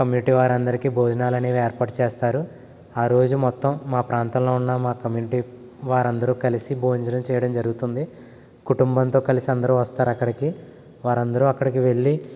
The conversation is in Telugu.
కమ్యూనిటీ వారందరికి భోజనాలు అనేవి ఏర్పాటు చేస్తారు ఆ రోజు మొత్తం మా ప్రాంతంలో ఉన్న మా కమ్యూనిటీ వారందరు కలిసి భోజనం చేయడం జరుగుతుంది కుటుంబంతో కలిసి అందరు వస్తారు అక్కడికి వారు అందరు అక్కడికి వెళ్ళి